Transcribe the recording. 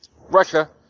Russia